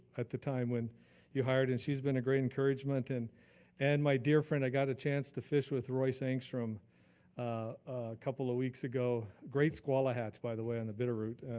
at the time when you're hired, and she's been a great encouragement and and my dear friend, i got a chance to fish with roy sankstrom a couple of weeks ago. great skwala head by the way, and the bitter root.